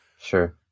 Sure